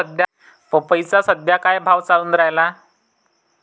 पपईचा सद्या का भाव चालून रायला?